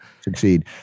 succeed